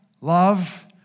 love